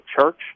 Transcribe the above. church